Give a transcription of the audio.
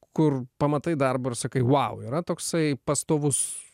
kur pamatai darbą ir sakai wow yra toksai pastovus